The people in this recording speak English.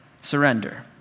surrender